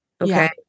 Okay